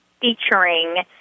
featuring